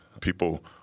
people